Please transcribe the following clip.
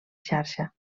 xarxa